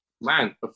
Man